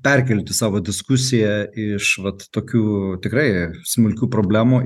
perkelti savo diskusiją iš vat tokių tikrai smulkių problemų